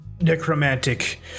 necromantic